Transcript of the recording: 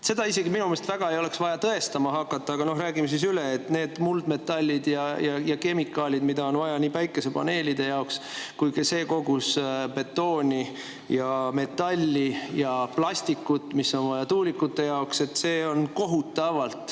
Seda minu meelest isegi ei ole väga vaja tõestama hakata, aga no räägime siis üle. Need muldmetallid ja kemikaalid, mida on vaja päikesepaneelide jaoks, samuti see kogus betooni, metalli ja plastikut, mis on vaja tuulikute jaoks – see on kohutavalt